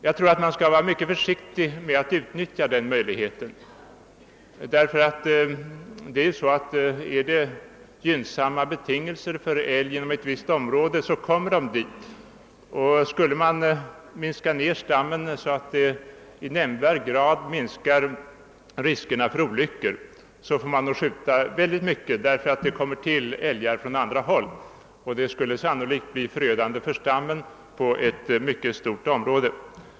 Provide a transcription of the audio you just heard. Jag tror att man skall vara försiktig med att utnyttja denna möjlighet, Om det nämligen föreligger gynnsamma betingelser för älg inom ett visst område kommer djuren dit från alla håll och skulle man reducera stammen så att riskerna för olyckor i nämnvärd grad minskas får man skjuta många djur, vilket sannolikt skulle bli förödande för stammen inom ett mycket stort område.